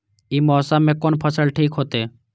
ई मौसम में कोन फसल ठीक होते?